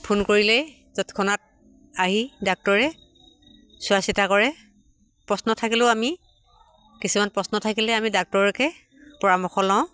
phone কৰিলেই তৎখনাত আহি ডাক্টৰে চোৱা চিতা কৰে প্ৰশ্ন থাকিলেও আমি কিছুমান প্ৰশ্ন থাকিলে আমি ডাক্তৰকে পৰামৰ্শ লওঁ